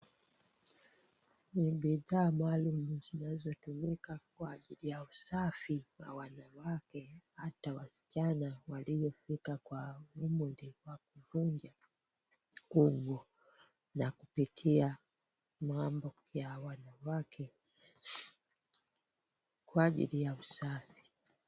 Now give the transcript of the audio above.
Ni bidhaa maalum zinazotumika kwa ajili ya usafi na wanawake hata wasichana waliofika kwa umri wa kuvunja ungo na kupitia mambo ya wanawake, kwa ajili ya usafi.